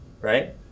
Right